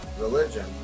religion